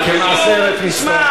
כתוב: "כמעשה ארץ מצרים".